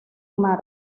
mar